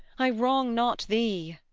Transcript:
i wrong not thee.